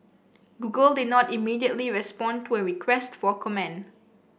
google did not immediately respond to a request for comment